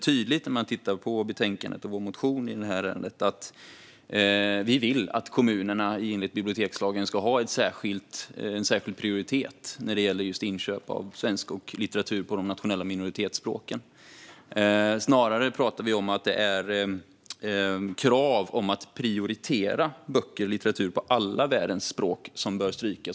Om man tittar på betänkandet och på vår motion i detta ärende ser man nämligen tydligt att vi vill att kommunerna enligt bibliotekslagen ska lägga särskild prioritet vid inköp av litteratur på svenska och på de nationella minoritetsspråken. Snarare talar vi om att kravet att prioritera böcker och litteratur på alla världens språk bör strykas.